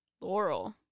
Laurel